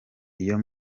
iyo